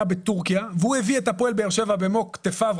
בתורכיה והוא הביא את הפועל באר שבע במו כתפיו,